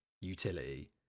utility